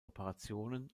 operationen